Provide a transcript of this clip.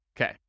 Okay